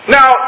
Now